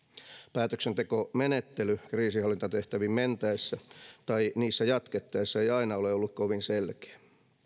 päätöksentekomenettely kriisinhallintatehtäviin mentäessä tai niissä jatkettaessa ei aina ole ollut kovin selkeä